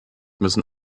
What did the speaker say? müssen